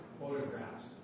photographs